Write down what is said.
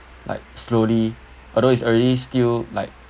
like slowly although it's already still like